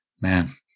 Man